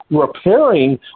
Repairing